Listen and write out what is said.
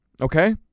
Okay